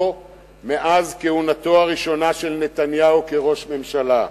מאז כהונתו הראשונה של נתניהו כראש ממשלה.